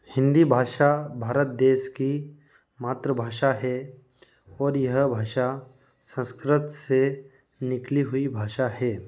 हिंदी भाषा भारत देश की मातृभाषा है और यह भाषा संस्कृत से निकली हुई भाषा है